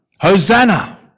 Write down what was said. Hosanna